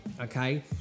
okay